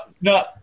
no